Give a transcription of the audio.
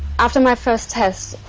after my first test